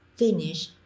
Finish